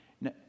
no